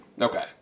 Okay